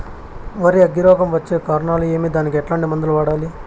వరి అగ్గి రోగం వచ్చేకి కారణాలు ఏమి దానికి ఎట్లాంటి మందులు వాడాలి?